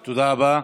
בחזרה לשוק העבודה,